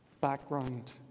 background